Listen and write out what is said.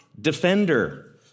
Defender